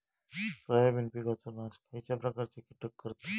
Soybean पिकांचो नाश खयच्या प्रकारचे कीटक करतत?